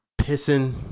pissing